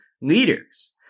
leaders